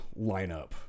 lineup